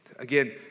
Again